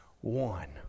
one